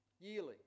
yearly